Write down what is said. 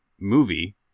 movie